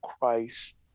Christ